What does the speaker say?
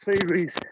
series